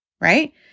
right